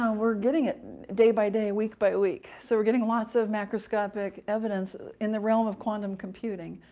um we're getting it day by day, week by week. so we're getting lots of macroscopic evidence in the realm of quantum computing.